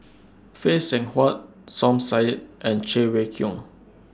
Phay Seng Whatt Som Said and Cheng Wai Keung